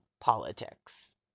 politics